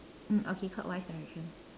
mm okay clockwise direction